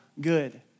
good